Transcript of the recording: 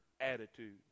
attitude